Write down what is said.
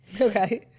Okay